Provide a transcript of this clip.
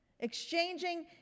exchanging